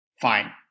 Fine